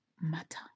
matter